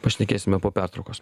pašnekėsime po pertraukos